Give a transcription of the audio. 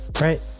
right